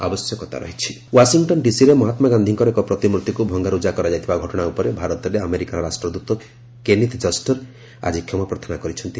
US ambassador apologize Washington ଡିସିରେ ମହାତ୍ମା ଗାନ୍ଧିଙ୍କର ଏକ ପ୍ରତିମୂର୍ତ୍ତିକୁ ଭଙ୍ଗାରୁଜା କରାଯାଇଥିବା ଘଟଣା ଉପରେ ଭାରତରେ ଆମେରିକାର ରାଷ୍ଟ୍ରଦୃତ କେନିଥ୍ ଜଷ୍ଟର୍ ଆଜି କ୍ଷମାପ୍ରାର୍ଥନା କରିଛନ୍ତି